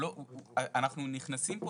אנחנו נכנסים פה